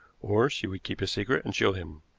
or she would keep his secret and shield him.